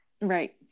Right